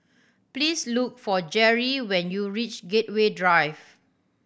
please look for Jerri when you reach Gateway Drive